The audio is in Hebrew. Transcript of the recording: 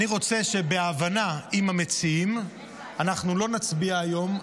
אני רוצה שבהבנה עם המציעים אנחנו לא נצביע היום,